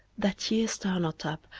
that ye stir not up,